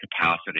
capacity